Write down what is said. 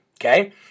Okay